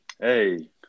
Hey